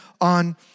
on